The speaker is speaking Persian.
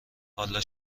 حالا